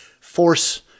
force